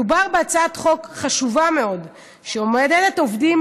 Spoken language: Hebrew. מדובר בהצעת חוק חשובה מאוד שמעודדת עובדים